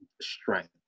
strength